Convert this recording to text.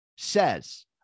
Says